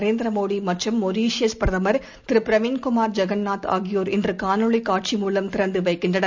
நரேந்திரமோடிமற்றும் Mauritius பிரதமர் திருபிரவிந்த் குமார் ஜெகந்நாத் ஆகியோர் இன்றுகாணொளிகாட்சி மூலம் திறந்துவைக்கின்றனர்